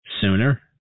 sooner